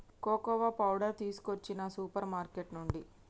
cocoa powder తీసుకొచ్చిన super market నుండి